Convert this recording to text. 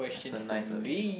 so nice of you